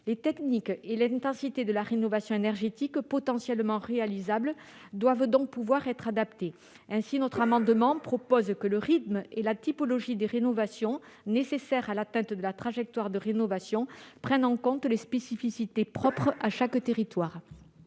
Les techniques et l'intensité de la rénovation énergétique potentiellement réalisable doivent donc pouvoir être adaptées. Notre amendement vise ainsi à proposer que le rythme et la typologie des rénovations nécessaires à l'atteinte des objectifs de rénovation prennent en compte les spécificités de chaque territoire.